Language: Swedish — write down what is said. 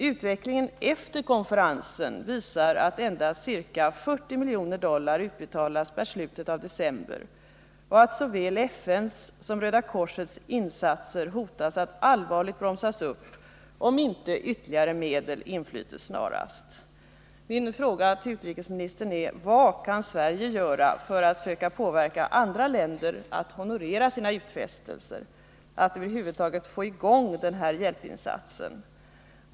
Utvecklingen efter konferensen visar att endast ca 40 miljoner dollar utbetalats per slutet av december och att såväl FN:s som Röda korsets insatser hotas att allvarligt bromsas upp om inte ytterligare medel inflyter snarast. Min fråga till utrikesministern är: Vad kan Sverige göra för att söka påverka andra länder att honorera sina utfästelser, att över huvud taget få i gång denna hjälpinsats?